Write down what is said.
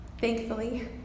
Thankfully